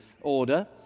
order